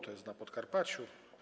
To jest na Podkarpaciu.